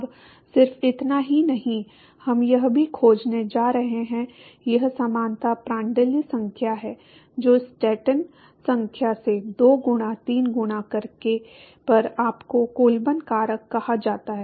अब सिर्फ इतना ही नहीं हम यह भी खोजने जा रहे हैं यह समानता प्रांड्ल संख्या है जो स्टैंटन संख्या से 2 गुणा 3 गुणा करने पर आपको कोलबर्न कारक कहा जाता है